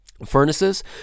furnaces